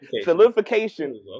Solidification